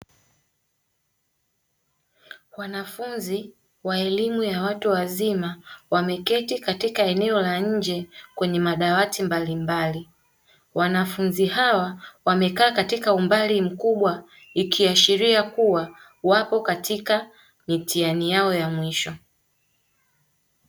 Wanafunzi wa elimu ya watu wazima wameketi katika eneo la nje kwenye madawati mbalimbali. Wanafunzi hawa wamekaa katika umbali mkubwa ikiashiria kua wako katika mitihani ya mwisho.